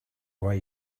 way